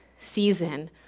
season